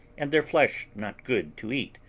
and their flesh not good to eat,